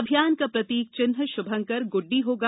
अभियान का प्रतीक चिन्ह श्मंकर ग्रंडडी होगा